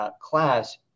class